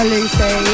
Lucy